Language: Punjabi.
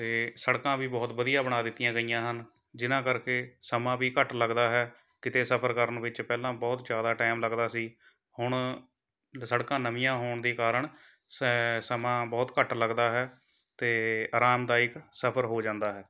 ਅਤੇ ਸੜਕਾਂ ਵੀ ਬਹੁਤ ਵਧੀਆ ਬਣਾ ਦਿੱਤੀਆਂ ਗਈਆ ਹਨ ਜਿਹਨਾਂ ਕਰਕੇ ਸਮਾਂ ਵੀ ਘੱਟ ਲੱਗਦਾ ਹੈ ਕਿਤੇ ਸਫ਼ਰ ਕਰਨ ਵਿੱਚ ਪਹਿਲਾਂ ਬਹੁਤ ਜ਼ਿਆਦਾ ਟਾਈਮ ਲੱਗਦਾ ਸੀ ਹੁਣ ਸੜਕਾਂ ਨਵੀਆਂ ਹੋਣ ਦੇ ਕਾਰਨ ਸ ਸਮਾਂ ਬਹੁਤ ਘੱਟ ਲੱਗਦਾ ਹੈ ਅਤੇ ਅਰਾਮਦਾਇਕ ਸਫ਼ਰ ਹੋ ਜਾਂਦਾ ਹੈ